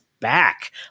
Back